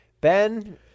Ben